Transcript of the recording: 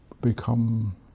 become